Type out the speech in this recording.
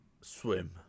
swim